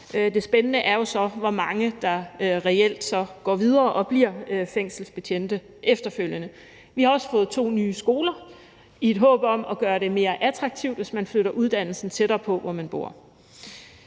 Det spændende er jo så, hvor mange der reelt går videre og bliver fængselsbetjente efterfølgende. Vi har også fået to nye skoler i håbet om at gøre det mere attraktivt, hvis man flytter uddannelsen tættere på der, hvor man bor.